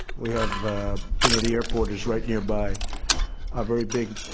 we have ah you know the airport is right nearby a very big.